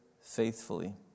faithfully